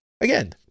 Again